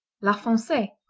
la foncee,